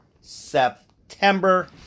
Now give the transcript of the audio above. September